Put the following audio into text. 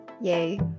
Yay